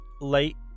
late